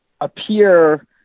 appear